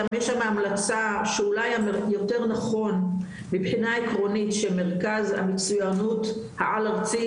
גם יש שמה המלצה שאולי יותר נכון מבחינה עקרונית שמרכז המצוינות העל-ארצי